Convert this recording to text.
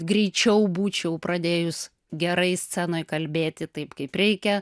greičiau būčiau pradėjus gerai scenoj kalbėti taip kaip reikia